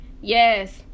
yes